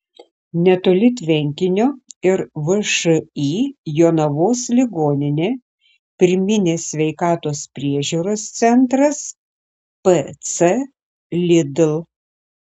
netoli tvenkinio ir všį jonavos ligoninė pirminės sveikatos priežiūros centras pc lidl